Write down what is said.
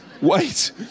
wait